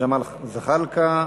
ג'מאל זחאלקה.